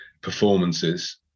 performances